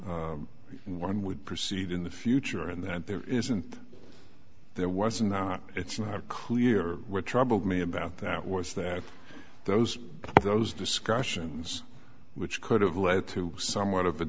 one would proceed in the future and that there isn't there wasn't it's not clear what troubled me about that was that those of those discussions which could have led to somewhat of a